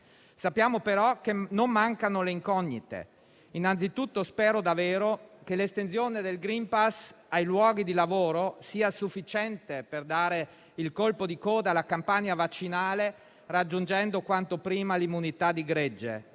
Sappiamo però che non mancano le incognite. Innanzitutto, spero davvero che l'estensione del *green pass* ai luoghi di lavoro sia sufficiente per dare il colpo di coda alla campagna vaccinale, raggiungendo quanto prima l'immunità di gregge,